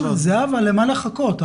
זהבה, למה לחכות?